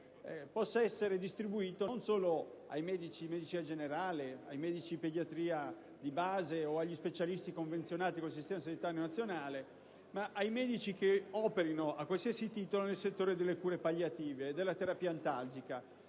possa essere distribuito non solo ai medici di medicina generale, di pediatria, di base o agli specialisti convenzionati con il Servizio sanitario nazionale, ma a tutti i medici operanti, a qualsiasi titolo, nel settore delle cure palliative e della terapia antalgica.